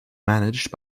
managed